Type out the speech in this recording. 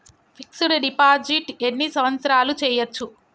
Fix డ్ deposit ఎన్ని సంవత్సరాలు చేయచ్చు?